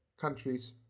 countries